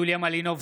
יוליה מלינובסקי,